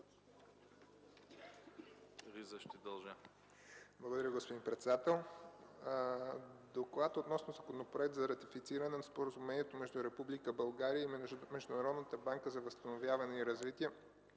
ДИМИТРОВ: Благодаря Ви, господин председател. „ДОКЛАД относно Законопроект за ратифициране на Споразумението между Република България и Международната банка за възстановяване и развитие